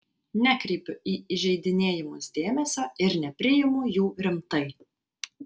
nekreipiu į įžeidinėjimus dėmesio ir nepriimu jų rimtai